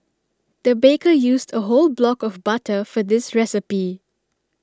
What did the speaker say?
the baker used A whole block of butter for this recipe